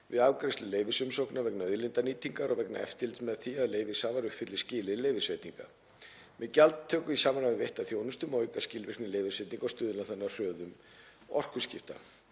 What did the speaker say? við afgreiðslu leyfisumsókna vegna auðlindanýtingar og vegna eftirlits með því að leyfishafar uppfylli skilyrði leyfisveitinga. Með gjaldtöku í samræmi við veitta þjónustu má auka skilvirkni leyfisveitinga og stuðla þannig að hröðun orkuskipta.